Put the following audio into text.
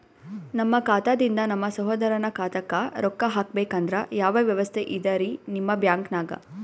ನಮ್ಮ ಖಾತಾದಿಂದ ನಮ್ಮ ಸಹೋದರನ ಖಾತಾಕ್ಕಾ ರೊಕ್ಕಾ ಹಾಕ್ಬೇಕಂದ್ರ ಯಾವ ವ್ಯವಸ್ಥೆ ಇದರೀ ನಿಮ್ಮ ಬ್ಯಾಂಕ್ನಾಗ?